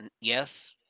Yes